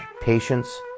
Patience